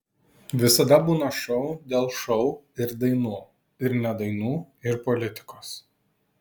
visada būna šou dėl šou ir dainų ir ne dainų ir politikos